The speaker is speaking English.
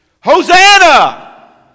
Hosanna